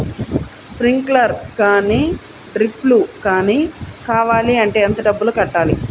Sprinkler కానీ డ్రిప్లు కాని కావాలి అంటే ఎంత డబ్బులు కట్టాలి?